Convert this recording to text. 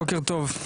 בוקר טוב.